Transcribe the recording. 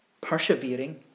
persevering